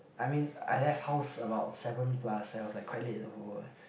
I mean I left house about seven plus and was like quite late